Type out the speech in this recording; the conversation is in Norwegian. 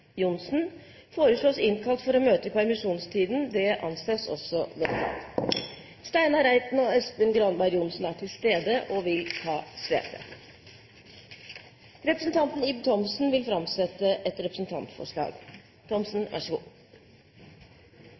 Johnsen, innkalles for å møte i permisjonstiden. Steinar Reiten og Espen Granberg Johnsen er til stede og vil ta sete. Representanten Ib Thomsen vil framsette et representantforslag.